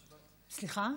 סליחה?